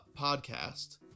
podcast